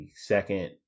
second